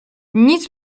nic